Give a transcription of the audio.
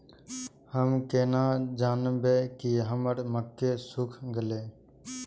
हम केना जानबे की हमर मक्के सुख गले?